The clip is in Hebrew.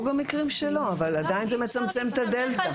גם מקרים שלא אבל עדיין זה מצמצם את הדלתא.